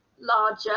larger